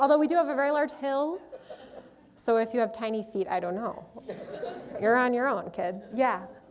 although we do have a very large hill so if you have tiny feet i don't know if you're on your own kid yeah